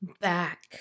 back